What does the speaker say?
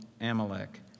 Amalek